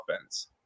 offense